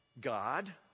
God